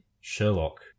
sherlock